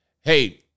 Hey